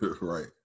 right